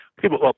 People